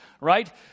right